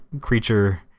creature